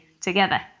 together